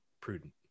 prudent